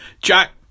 Jack